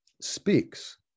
speaks